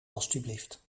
alstublieft